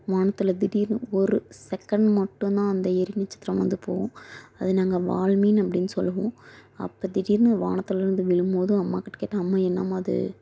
வானத்துல திடீர்னு ஒரு செகண்ட் மட்டும்தான் அந்த எரி நட்சத்திரம் வந்து போகும் அது நாங்கள் வால்மீன் அப்படினு சொல்லுவோம் அப்போ திடீர்ன்னு வானத்தில் இருந்து விழும்போது அம்மாக்கிட்ட கேட்டேன் அம்மா என்னம்மா அது